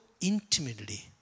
intimately